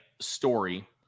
story